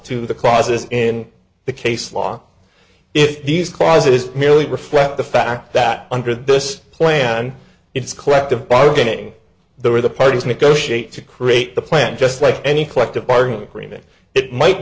to the clauses in the case law if these clauses merely reflect the fact that under this plan it's collective bargaining there where the parties negotiate to create the plan just like any collective bargaining agreement it might